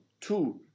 Two